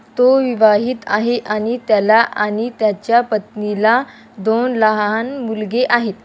तो विवाहित आहे आणि त्याला आणि त्याच्या पत्नीला दोन लहान मुलगे आहेत